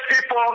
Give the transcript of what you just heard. people